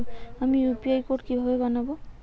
আমি UPI code কিভাবে বানাব?